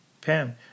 Pam